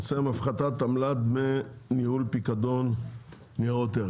הנושא הפחתת עמלת דמי ניהול פיקדון ניירות ערך,